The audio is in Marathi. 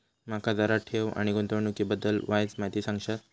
माका जरा ठेव आणि गुंतवणूकी बद्दल वायचं माहिती सांगशात?